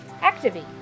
activate